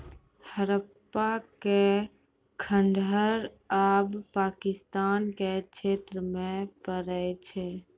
हड़प्पा के खंडहर आब पाकिस्तान के क्षेत्र मे पड़ै छै